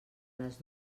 les